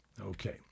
Okay